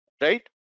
right